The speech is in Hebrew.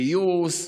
פיוס,